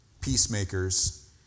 peacemakers